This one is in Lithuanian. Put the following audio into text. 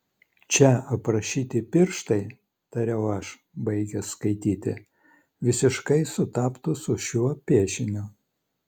čia aprašyti pirštai tariau aš baigęs skaityti visiškai sutaptų su šiuo piešiniu